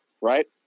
right